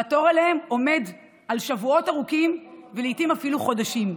והתור אליהן עומד על שבועות ארוכים ולעיתים אפילו חודשים.